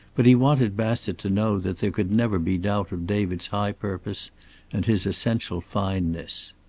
but he wanted bassett to know that there could never be doubt of david's high purpose and his essential fineness.